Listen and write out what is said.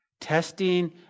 Testing